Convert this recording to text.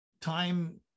time